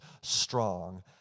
strong